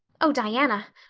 oh, diana,